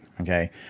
Okay